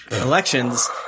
elections